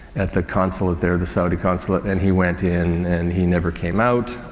at the consulate there, the saudi consulate and he went in and he never came out.